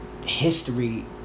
History